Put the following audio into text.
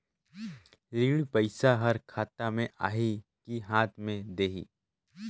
ऋण पइसा हर खाता मे आही की हाथ मे देही?